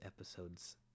episodes